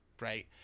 right